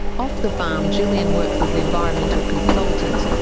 off the farm, gillian works as an environmental consultant,